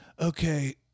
okay